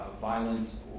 violence